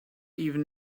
even